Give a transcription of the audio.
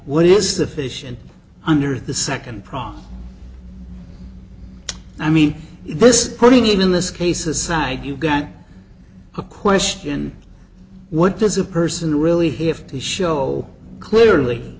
what is the fish and under the second prong i mean this putting in this case aside you've got a question what does a person really have to show clearly